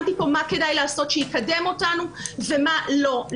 שמתי כאן מה כדאי לעשות שיקדם אותנו ומה לא כדאי.